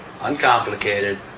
uncomplicated